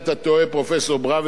עם כל הכבוד וההערכה,